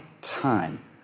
time